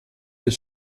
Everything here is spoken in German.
des